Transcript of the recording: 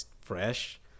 fresh